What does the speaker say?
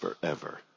forever